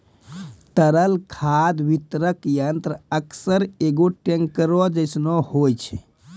तरल खाद वितरक यंत्र अक्सर एगो टेंकरो जैसनो होय छै